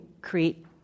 create